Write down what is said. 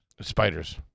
Spiders